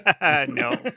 No